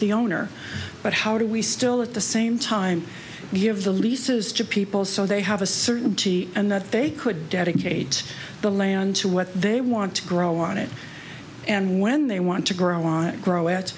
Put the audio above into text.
the owner but how do we still at the same time give the leases to people so they have a certainty and that they could dedicate the land to what they want to grow on it and when they want to grow on it grow